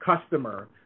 customer